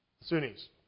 Sunnis